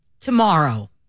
Tomorrow